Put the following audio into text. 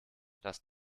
das